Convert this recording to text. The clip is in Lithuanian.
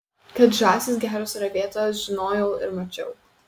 kad žąsys geros ravėtojos žinojau ir mačiau